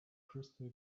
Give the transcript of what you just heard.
crystal